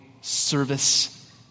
service